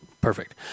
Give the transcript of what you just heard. perfect